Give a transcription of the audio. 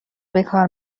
بکار